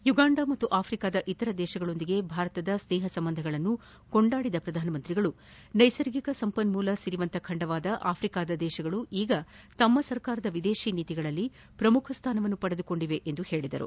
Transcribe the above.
Uganda ಮತ್ತು ಆಫ್ರಿಕಾದ ಇತರ ರಾಷ್ಲಗಕೊಂದಿಗೆ ಭಾರತದ ಸ್ನೇಹ ಸಂಬಂಧಗಳನ್ನು ಕೊಂಡಾಡಿದ ಪ್ರಧಾನಮಂತ್ರಿಗಳು ನೈಸರ್ಗಿಕ ಸಂಪನ್ನೂಲ ಸಿರಿವಂತ ಖಂಡವಾದ ಆಫ್ಟಿಕಾದ ದೇಶಗಳು ಈಗ ತಮ್ಮ ಸರ್ಕಾರದ ವಿದೇಶ ನೀತಿಗಳಲ್ಲಿ ಪ್ರಮುಖ ಸ್ನಾನ ಪಡೆದುಕೊಂಡಿವೆ ಎಂದರು